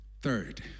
Third